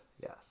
yes